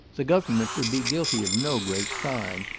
the government would be guilty of no great crime,